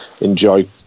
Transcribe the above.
enjoy